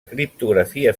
criptografia